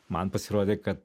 man pasirodė kad